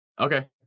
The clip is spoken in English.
Okay